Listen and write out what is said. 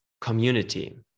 community